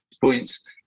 points